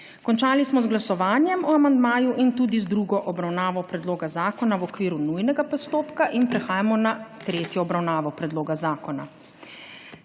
Končali smo z glasovanjem o amandmaju in tudi z drugo obravnavo predloga zakona v okviru nujnega postopka. Prehajamo na tretjo obravnavo predloga zakona.